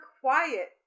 quiet